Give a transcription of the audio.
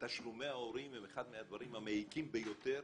תשלומי ההורים הם אחד מהדברים המעיקים ביותר